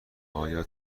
آیا